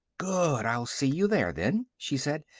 good! i'll see you there, then, she said.